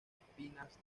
espinas